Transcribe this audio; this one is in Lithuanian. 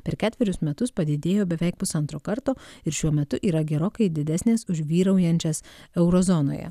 per ketverius metus padidėjo beveik pusantro karto ir šiuo metu yra gerokai didesnės už vyraujančias euro zonoje